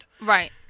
right